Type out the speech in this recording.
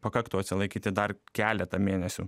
pakaktų atsilaikyti dar keletą mėnesių